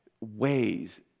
ways